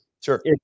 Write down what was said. Sure